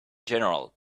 general